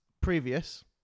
Previous